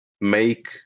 make